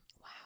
Wow